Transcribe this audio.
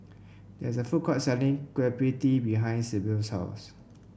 there is a food court selling Kueh Pie Tee behind Sibyl's house